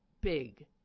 big